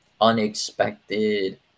unexpected